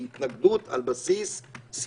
היא התנגדות על בסיס סביבתי,